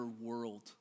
world